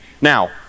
Now